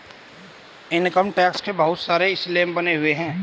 income tax के बहुत सारे स्लैब बने हुए हैं